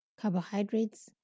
Carbohydrates